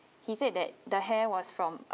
he said that the hair was from us